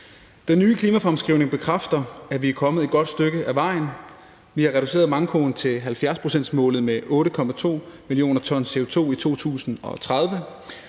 Den nye klimafremskrivning bekræfter, at vi er kommet et godt stykke ad vejen. Vi har reduceret mankoen til 70-procentsmålet med 8,2 mio. t CO2 i 2030,